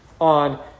on